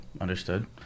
Understood